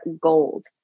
gold